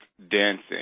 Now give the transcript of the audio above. Dancing